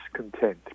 discontent